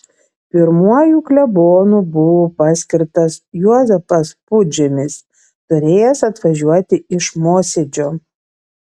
pirmuoju klebonu buvo paskirtas juozapas pudžemis turėjęs atvažiuoti iš mosėdžio